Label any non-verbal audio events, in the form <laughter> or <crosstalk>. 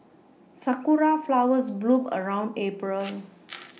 sakura flowers bloom around April <noise>